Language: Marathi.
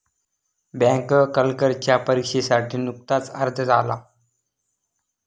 बँक क्लर्कच्या परीक्षेसाठी नुकताच अर्ज आला